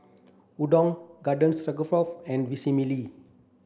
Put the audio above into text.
Unadon Garden Stroganoff and Vermicelli